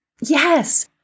Yes